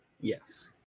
Yes